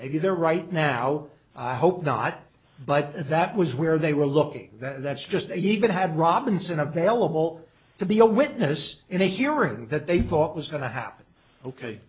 maybe they're right now i hope not but that was where they were looking that's just even had robinson available to be a witness in a hearing that they thought was going to happen ok